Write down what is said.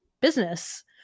business